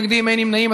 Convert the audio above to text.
מתנגדים, אין נמנעים.